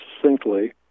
succinctly